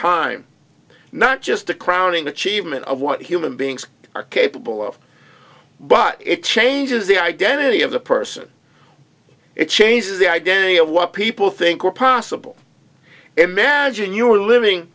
time not just the crowning achievement of what human beings are capable of but it changes the identity of the person it changes the identity of what people think were possible imagine you were living